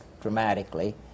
dramatically